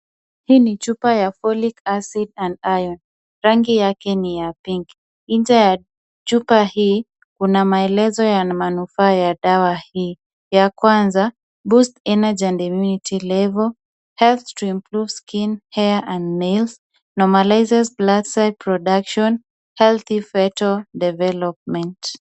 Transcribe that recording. Hii ni chupa ya Folic acid &Iron ,rangi yake ni ya pinki nje ya chupa hii kuna maelezo ya manufaa ya dawa hii, ya kwanza (CS)boost energy &immunity level, helps to improves skin, hair &nails, normalizes blood cell production, health foetal development(CS).